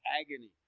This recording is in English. agony